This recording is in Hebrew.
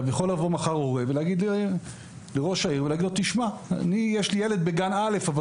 יכול לבוא מחר הורה ולהגיד לראש העיר שלו יש ילד בגיל א' אבל